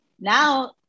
now